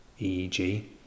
EEG